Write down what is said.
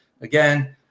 Again